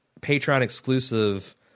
Patreon-exclusive